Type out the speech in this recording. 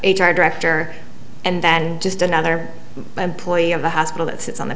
r director and then just another employee of the hospital that sits on the